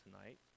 tonight